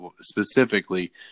specifically